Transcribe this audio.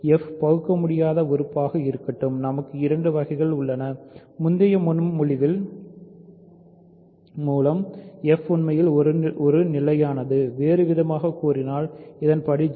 f பகுக்கமுடியாத உறுப்பு ஆக இருக்கட்டும் நமக்கு இரண்டு வகைகள் உள்ளன முந்தைய முன்மொழிவின் மூலம் f உண்மையில் ஒரு நிலையானது வேறுவிதமாகக் கூறினால் இதன் படி 0